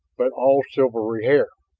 but all silvery hair